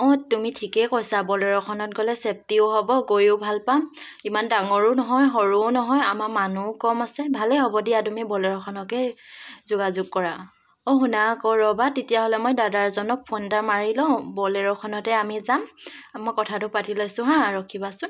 অঁ তুমি ঠিকেই কৈছা বলেৰ'খনত গ'লে ছেফ্টিও হ'ব গৈয়ো ভাল পাম ইমান ডাঙৰো নহয় সৰুও নহয় আমাৰ মানুহ কম আছে ভালে হ'ব দিয়া তুমি বলেৰ'খনকে যোগাযোগ কৰা অঁ শুনা আকৌ ৰ'বা তেতিয়াহ'লে মই দাদা এজনক ফোন এটা মাৰি লওঁ আমি বলেৰ'খনতে যাম মই কথাটো পাতি লৈছো হাঁ ৰখিবাচোন